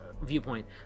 viewpoint